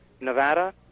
Nevada